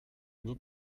nur